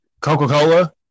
Coca-Cola